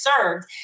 served